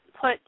put